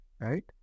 right